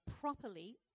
properly